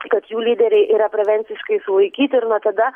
kad jų lyderiai yra prevenciškai sulaikyti ir nuo tada